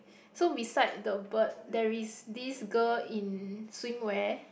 so beside the bird there is this girl in swimwear